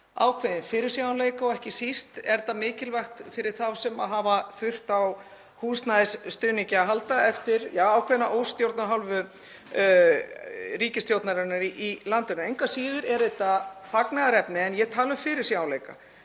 ákveðinn fyrirsjáanleika og ekki síst er þetta mikilvægt fyrir þá sem hafa þurft á húsnæðisstuðningi að halda eftir ákveðna óstjórn af hálfu ríkisstjórnarinnar í landinu. Engu að síður er þetta fagnaðarefni. En ég tala um fyrirsjáanleika.